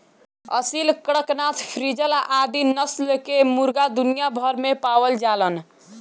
Aseel, Kadaknath, frizzle आदि नस्ल कअ मुर्गा दुनिया भर में पावल जालन